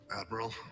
admiral